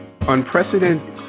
Unprecedented